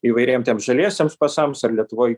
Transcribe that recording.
įvairiem tiem žaliesiems pasams ar lietuvoj